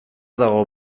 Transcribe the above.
dago